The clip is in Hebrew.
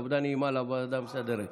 עבודה נעימה לוועדה המסדרת.